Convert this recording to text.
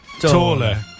taller